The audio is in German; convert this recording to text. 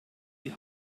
die